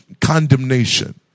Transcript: condemnation